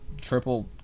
triple